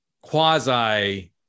quasi